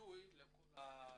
ביטוי לכל הקהילות.